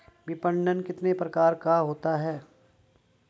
विपणन कितने प्रकार का होता है?